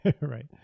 Right